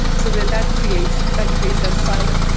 so that that creates that creates that silo.